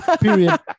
Period